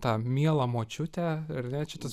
tą mielą močiutę ar ne čia tas